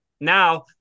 Now